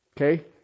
Okay